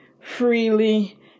freely